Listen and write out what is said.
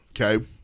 Okay